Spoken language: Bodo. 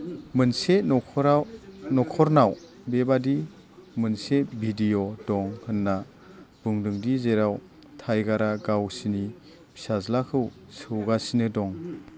मोनसे न'खरनाव बेबादि मोनसे भिडिय' दं होन्ना बुंदोंदि जेराव टाइगारा गावसिनि फिसाज्लाखौ सौगासिनो दं